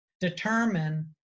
determine